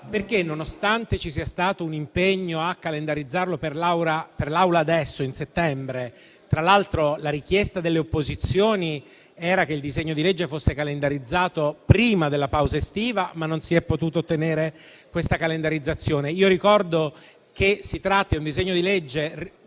Aula, nonostante ci sia stato un impegno a calendarizzarlo per l'Assemblea in settembre. Tra l'altro, la richiesta delle opposizioni era che il disegno di legge fosse calendarizzato prima della pausa estiva, ma non si è potuta ottenere questa calendarizzazione. Ricordo che si tratta di un disegno di legge